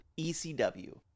ECW